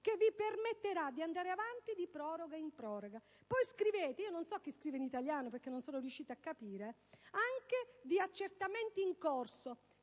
che vi permetterà di andare avanti di proroga in proroga. Poi scrivete - non so chi scrive, perché non sono riuscita a capire - anche di accertamenti in corso.